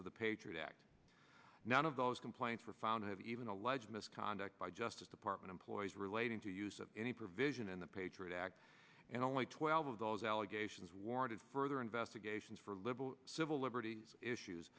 of the patriot act none of those complaints were found to have even alleged misconduct by just department employees relating to use of any provision in the patriot act and only twelve of those allegations warranted further investigations for liberal civil liberties issues